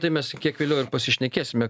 tai mes kiek vėliau ir pasišnekėsime